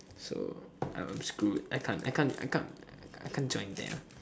so I'm screwed I can't I can't I can't I can't join them